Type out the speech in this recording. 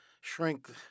shrink